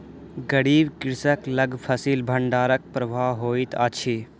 गरीब कृषक लग फसिल भंडारक अभाव होइत अछि